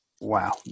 Wow